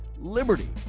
Liberty